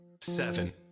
seven